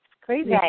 crazy